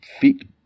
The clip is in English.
feet